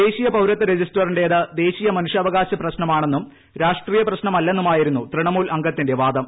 ദേശീയ പൌരത്വ രജിസ്റ്ററിന്റേത് ദേശീയ മനുഷ്യാവകാശ പ്രശ്നമാണെന്നും രാഷ്ട്രീയ പ്രശ്നമല്ലെന്നുമായിരുന്നു തൃണമൂൽ അംഗത്തിന്റെ വാദം